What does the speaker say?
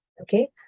okay